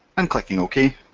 and clicking ok